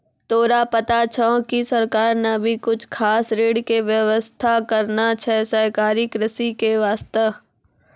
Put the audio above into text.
तोरा पता छौं कि सरकार नॅ भी कुछ खास ऋण के व्यवस्था करनॅ छै सहकारी कृषि के वास्तॅ